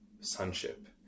sonship